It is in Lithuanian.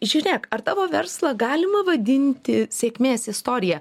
žiūrėk ar tavo verslą galima vadinti sėkmės istorija